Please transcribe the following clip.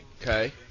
Okay